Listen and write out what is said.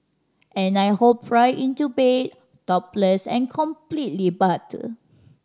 and I hop right into bed topless and completely buttered